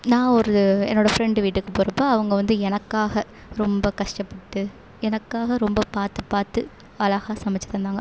நான் ஒரு என்னோடய ஃபிரெண்ட் வீட்டுக்கு போகிறப்ப அவங்க வந்து எனக்காக ரொம்ப கஷ்டப்பட்டு எனக்காக ரொம்ப பார்த்து பார்த்து அழகா சமைச்சு தந்தாங்க